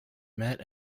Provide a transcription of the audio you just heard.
met